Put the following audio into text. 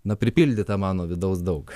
na pripildyta mano vidaus daug